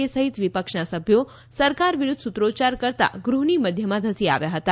કે સહિત વિપક્ષના સભ્યો સરકાર વિરૂદ્ધ સૂત્રોચ્યાર કરતા કરતા ગૃહની મધ્યમાં ધસી આવ્યા હતા